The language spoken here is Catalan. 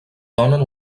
donen